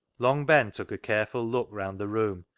long ben took a careful look round the room,